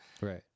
Right